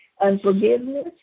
unforgiveness